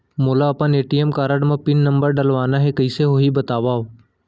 मोला अपन ATM card म पिन नंबर डलवाना हे कइसे होही बतावव?